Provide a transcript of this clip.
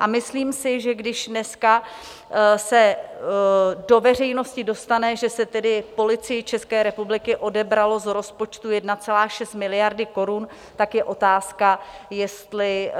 A myslím si, že když dneska se do veřejnosti dostane, že se Policii České republiky odebralo z rozpočtu 1,6 miliardy korun, tak je otázka, jestli